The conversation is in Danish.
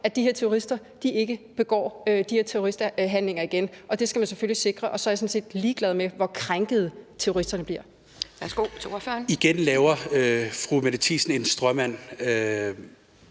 at de her terrorister ikke begår de her terroristhandlinger igen. Det skal man selvfølgelig sikre, og så er jeg sådan set ligeglad med, hvor krænkede terroristerne bliver. Kl. 11:42 Anden næstformand